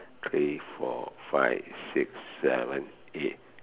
three four five six seven eight